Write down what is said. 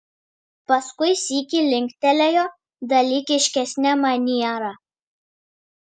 paskui sykį linktelėjo dalykiškesne maniera